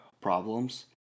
problems